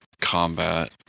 combat